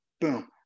boom